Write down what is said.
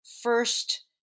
first